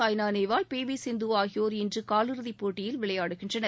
Saina Nehwal P V Sindhu ஆகியோர் இன்று காலிறுதிப் போட்டியில் விளையாடுகின்றனர்